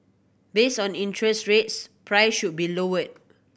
based on interest rates prices should be lower